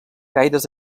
gaires